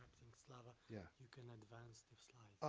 so um ah yeah? you can advance the slides.